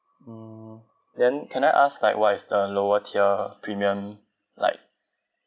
mm then can I ask like what is the lower tier premium like